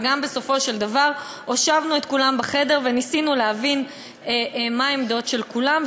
וגם בסופו של דבר הושבנו את כולם בחדר וניסינו להבין מה העמדות של כולם.